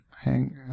hang